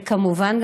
וכמובן,